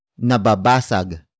Nababasag